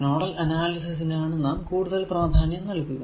nodal അനാലിസിസിനു ആണ് നാം കൂടുതൽ പ്രാധാന്യം നൽകുക